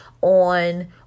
on